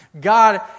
God